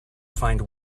find